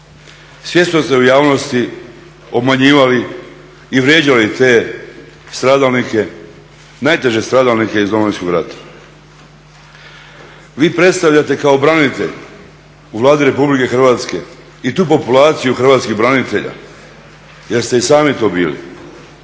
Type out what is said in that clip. Svjesno ste u javnosti obmanjivali i vrijeđali te stradalnike, najteže stradalnike iz Domovinskog rata. Vi predstavljate kao branitelj u Vladi Republike Hrvatske i tu populaciju hrvatskih branitelja jer ste i sami to bili